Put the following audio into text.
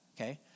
Okay